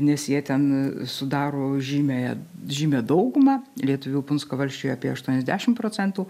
nes jie ten sudaro žymiąją žymią daugumą lietuvių punsko valsčiuje apie aštuoniasdešimt procentų